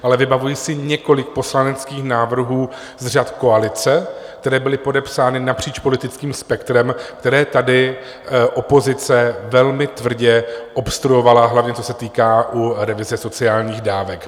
Ale vybavuji si několik poslaneckých návrhů z řad koalice, které byly podepsány napříč politickým spektrem, které tady opozice velmi tvrdě obstruovala, hlavně co se týká u revize sociálních dávek.